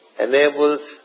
Enables